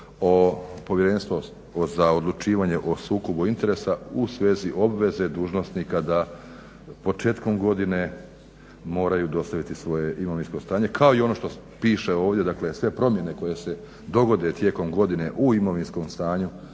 Povjerenstvo za odlučivanje o sukobu interesa u svezi obveze dužnosnika da početkom godine moraju dostaviti svoje imovinsko stanje kao i ono što piše ovdje, sve promjene koje se dogode tijekom godine u imovinskom stanju